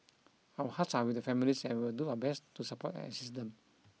our hearts are with the families and will do our best to support and assist them